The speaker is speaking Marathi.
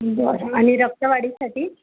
बरं आणि रक्तवाढीसाठी